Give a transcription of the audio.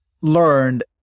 learned